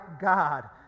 God